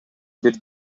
бир